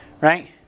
Right